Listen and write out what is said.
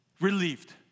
relieved